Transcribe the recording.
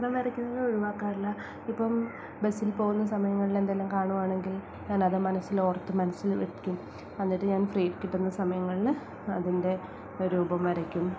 ചിത്രം വരയ്ക്കുന്നത് ഒഴിവാക്കാറില്ല ഇപ്പോള് ബസ്സിൽ പോകുന്ന സമയങ്ങളില് എന്തെല്ലാം കാണുവാണെങ്കിൽ ഞാനത് മനസ്സിൽ ഓർത്ത് മനസ്സിൽ വയ്ക്കും എന്നിട്ട് ഞാൻ ഫ്രീ കിട്ടുന്ന സമയങ്ങളില് അതിൻ്റെ രൂപം വരയ്ക്കും